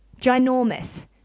Ginormous